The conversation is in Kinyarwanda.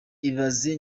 ibaze